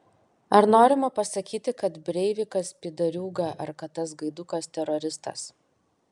ar norima pasakyti kad breivikas pydariūga ar kad tas gaidukas teroristas